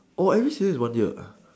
orh every season is one year uh